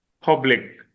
public